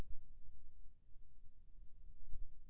मोर CIBIL score ला मोला बताव?